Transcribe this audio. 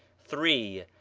three.